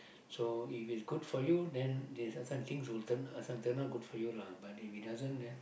so if it is good for you then this one sometimes things will turn out good for you lah